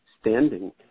standing